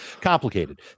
Complicated